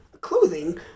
clothing